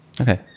Okay